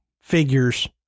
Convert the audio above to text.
figures